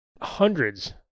hundreds